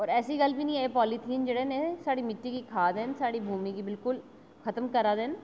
और ऐसी गल्ल बी नेईं ऐ पोलीथीन जेह्डे़ न एह् साढ़ी मिट्टी गी खा दे न साढ़ी भूमी गी बिल्कुल खत्म करा दे न